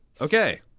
Okay